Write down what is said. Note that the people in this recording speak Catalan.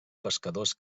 pescadors